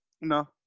No